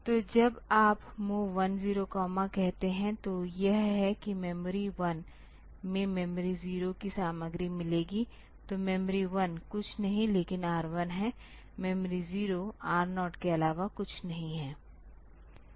तो जब आप MOV 10 कहते हैं तो यह है कि मेमोरी 1 में मेमोरी 0 की सामग्री मिलेगी तो मेमोरी 1कुछ नहीं लेकिन R1 है मेमोरी 0 R0 के अलावा कुछ नहीं है